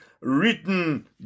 written